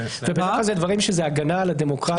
בדרך כלל אלו דברים שזה הגנה על הדמוקרטיה.